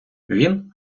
він